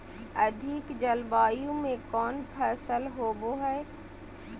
अधिक जलवायु में कौन फसल होबो है?